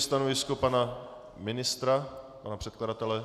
Stanovisko pana ministra, pana předkladatele?